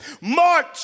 March